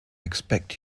expect